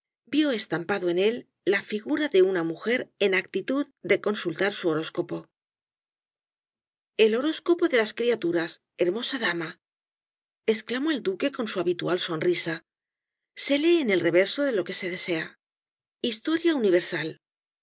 vio estampado en él la figura de una mujer en actitud de consultar su horóscopo el caballero de las botas azules i el horóscopo de las criaturas hermosa dama exclamó el duque con su habitual sonrisa se lee en el reverso de lo que se desea historia universal y